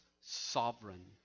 sovereign